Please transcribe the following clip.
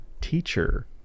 Teacher